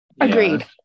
Agreed